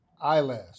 eyelash